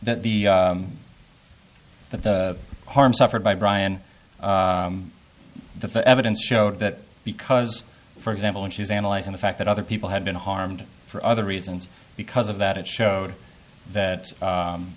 that the that the harm suffered by brian the evidence showed that because for example and she's analyzing the fact that other people had been harmed for other reasons because of that it showed that